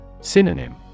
Synonym